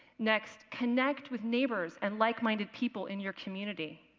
next, connect with neighbors and like-minded people in your community.